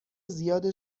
زیاد